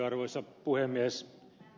arvoisa puhemies